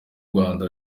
rwanda